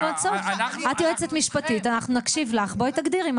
את יועצת משפטית, אנחנו נקשיב לך, בואי תגדירי.